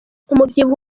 umubyibuho